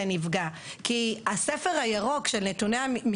תחזירו ותביאו לתיקוני חקיקה שיאפשרו לא